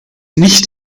nicht